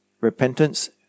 repentance